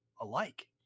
alike